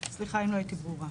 סליחה אם לא הייתי ברורה.